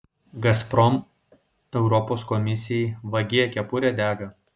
gazprom europos komisijai vagie kepurė dega